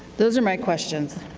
those are my questions.